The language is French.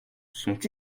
sont